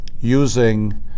using